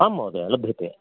आम् महोदया लभ्यते